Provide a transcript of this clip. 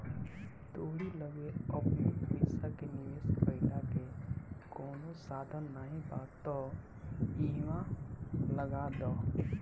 तोहरी लगे अपनी पईसा के निवेश कईला के कवनो साधन नाइ बा तअ इहवा लगा दअ